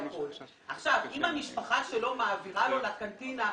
ענת ברקו ואני,